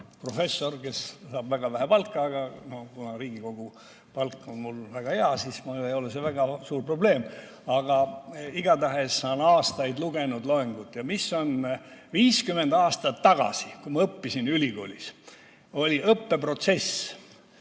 professor, kes saab väga vähe palka. Kuna Riigikogu palk on mul väga hea, siis mulle ei ole see väga suur probleem. Igatahes olen ma aastaid lugenud loenguid. 50 aastat tagasi, kui ma õppisin ülikoolis, oli õppeprotsess